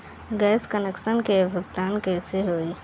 Gas connection के भुगतान कैसे होइ?